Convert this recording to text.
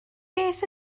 beth